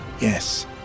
Yes